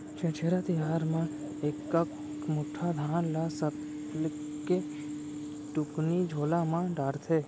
छेरछेरा तिहार म एकक मुठा धान ल सबके टुकनी झोला म डारथे